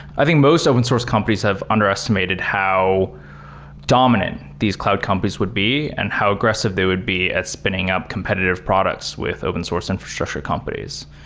i think most open source companies have underestimated how dominant these cloud companies would be and how aggressive they would be spinning up competitive products with open source infrastructure companies.